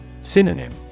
Synonym